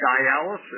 dialysis